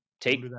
Take